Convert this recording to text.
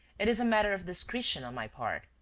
it is a matter of discretion on my part,